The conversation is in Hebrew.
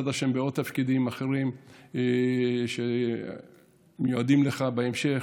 בעזרת השם, עוד תפקידים אחרים מיועדים לך בהמשך.